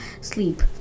sleep